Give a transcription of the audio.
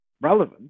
relevant